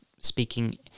speaking